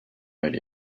road